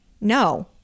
no